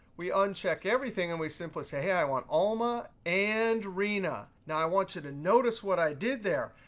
we uncheck everything, and we simply say, hey, i want alma and rina. now, i want you to notice what i did there.